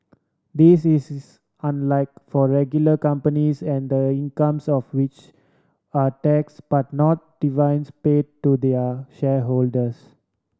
this is unlike for regular companies and the incomes of which are tax but not dividends pay to their shareholders